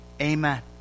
Amen